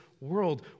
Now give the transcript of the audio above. world